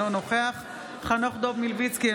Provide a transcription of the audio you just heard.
אינו נוכח חנוך דב מלביצקי,